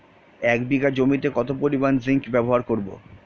এক বিঘা জমিতে কত পরিমান জিংক ব্যবহার করব?